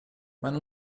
man